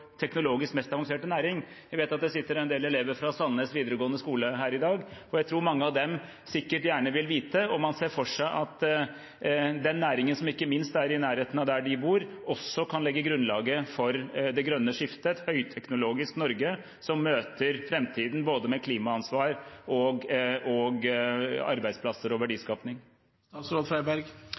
teknologisk mest avanserte næring. Jeg vet at det sitter en del elever fra Sandnes videregående skole her i dag, og jeg tror mange av dem sikkert gjerne vil vite om man ser for seg at den næringen som er i nærheten av der de bor, også kan legge grunnlaget for det grønne skiftet, et høyteknologisk Norge som møter framtiden med både klimaansvar, arbeidsplasser og